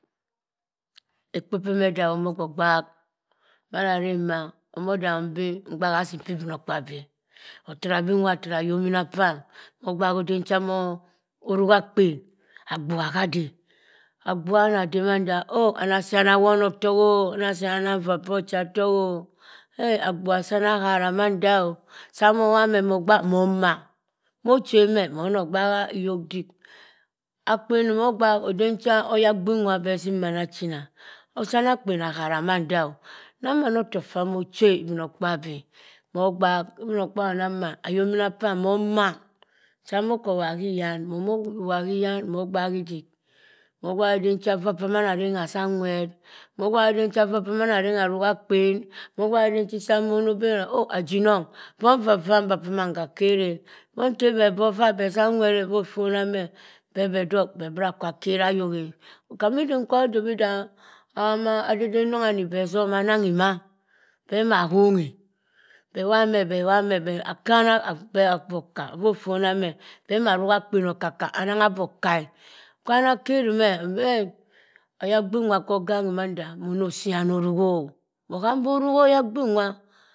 Ekpo pyi nedahum ogbagbak, madaremma, omo dahum bii mgbaha azim pah ibinokapabi eh. Otara abina atara ayokmina pam, mogbak eden cha mosim oruk akpen, agbugha ado oh da agbugha anade, ana siyan yina awo notok o?Yina anang yaa ooh ochatok o? Eih, agbuha asiyan ahara mando o? Saa mowobha meh mogbak moh mma. Moh cherr meh, mono gbakha iyok dik. Akpen moh gbak eden cha oya gbin nwa behzim nwa behzim mann achina, osiyan akpen ahara mando o? Nang mann ofok ffa mo chi e ibinokpabi. mogbak ibinokpabi manna ayokmina pam moh maa! Sa moko wobha hyan. momo wogha hyan mogbak idik. mogbak eden cha vaa pamamn arengha aza nwert. mogbak eden cha vaa pamam arengha arukha akpen moh gbak eden chi ssa mono ben oh ajinong. bong ivaa ivaa mbah pa mann gba kere e. Bong tebeh obok vaa bezah nwerr e. Ffo fona meh bebe dok beh bra akwa kera ayok eh. Khami dum kwa bra adomi dah adedennong beh zom ananghi ma, beh mma hong e. Beh wobha meh beh wobha meh be kanna aboka offa ofona meh beh maa rugha akpen akaka mah nangha aboka e. kwana kerimeh oyagbin nwa kwo ino ganghi mando mono siyan aruk o? Moham boruk oyagbin nwa